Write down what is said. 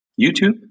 YouTube